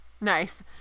nice